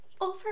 Over